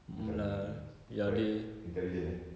macam quite intelligent eh